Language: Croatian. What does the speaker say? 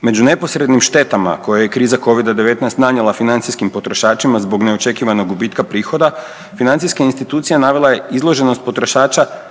Među neposrednim štetama koje je kriza Covida-19 nanijela financijskim potrošačima zbog neočekivanog gubitka prihoda, financijska institucija navela je izloženost potrošača,